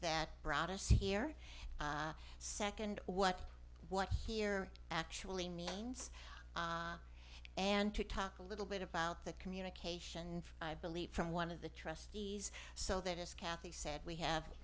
that brought us here second what what here actually means and to talk a little bit about the communication i believe from one of the trustees so that is kathy said we have